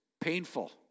painful